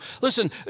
Listen